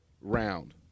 round